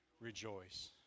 rejoice